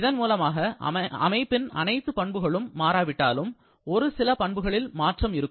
இதன் மூலமாக அமைப்பின் அனைத்து பண்புகளும் மாறாவிட்டாலும் ஒருசில பண்புகளில் மாற்றம் இருக்கும்